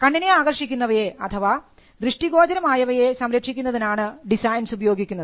കണ്ണിനെ ആകർഷിക്കുന്നവയെ അഥവാ ദൃഷ്ടി ഗോചരമായവയെ സംരക്ഷിക്കുന്നതിനാണ് ഡിസൈൻസ് ഉപയോഗിക്കുന്നത്